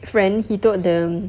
friend he told the